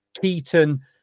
keaton